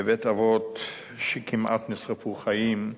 בבית-אבות, שכמעט נשרפו חיים.